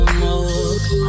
more